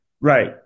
Right